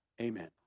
Amen